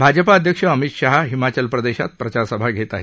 भाजपा अध्यक्ष अमित शहा हिमाचल प्रदेशात प्रचारसभा घेत आहेत